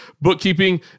bookkeeping